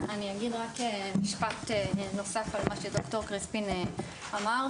אני אגיד רק משפט נוסף למה שד"ר קריספין אמר,